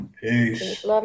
Peace